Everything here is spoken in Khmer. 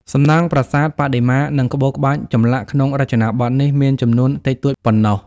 សំណង់ប្រាសាទ បដិមា និងក្បូរក្បាច់ចម្លាក់ក្នុងរចនាបថនេះមានចំនួនតិចតួចប៉ុណ្ណោះ។